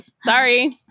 Sorry